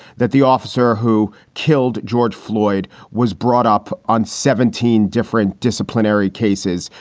that the officer who killed george floyd was brought up on seventeen different disciplinary cases,